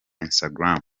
instagram